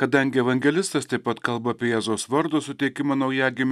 kadangi evangelistas taip pat kalba apie jėzaus vardo suteikimą naujagimiui